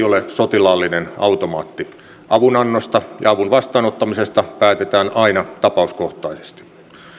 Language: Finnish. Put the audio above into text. ole sotilaallinen automaatti avunannosta ja avun vastaanottamisesta päätetään aina tapauskohtaisesti